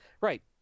Right